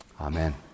Amen